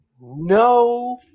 no